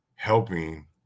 helping